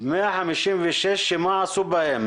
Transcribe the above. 156 שמה עשו בהם?